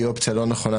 היא אופציה לא נכונה.